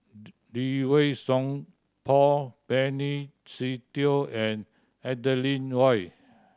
Lee Wei Song Paul Benny Se Teo and Adeline Ooi